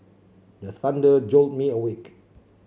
the thunder jolt me awake